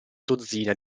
dozzina